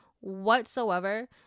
whatsoever